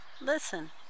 listen